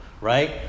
right